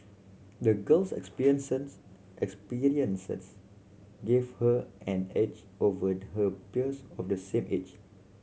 the girl's experience gave her an edge over her peers of the same age